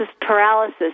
paralysis